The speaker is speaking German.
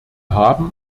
haben